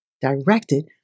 directed